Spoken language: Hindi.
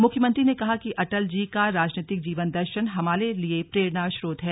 मुख्यमंत्री ने कहा कि अटलजी का राजनीतिक जीवन दर्शन हमारे लिए प्रेरणास्रोत है